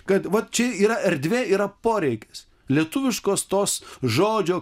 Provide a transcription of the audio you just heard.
kad va čia yra erdvė yra poreikis lietuviškos tos žodžio